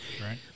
Right